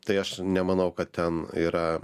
tai aš nemanau kad ten yra